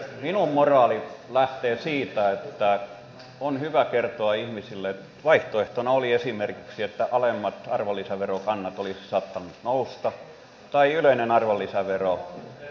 minun moraalini lähtee siitä että on hyvä kertoa ihmisille että vaihtoehtona oli esimerkiksi että alemmat arvonlisäverokannat olisivat saattaneet nousta tai yleinen arvonlisävero olisi noussut